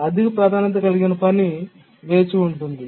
అధిక ప్రాధాన్యత కలిగిన పని వేచి ఉంటుంది